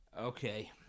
okay